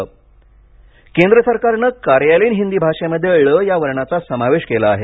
ळ हिंदीतला केंद्र सरकारनं कार्यालयीन हिंदी भाषेमध्ये ळ या वर्णाचा समावेश केला आहे